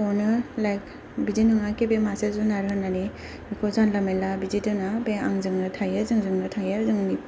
अनो लाइक बिदि नङाखि बे मासे जुनार होननानै जानला मोनला बिदि दोना बे आंजोंनो थायो जोंजोंनो थायो जोंनि